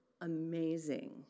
amazing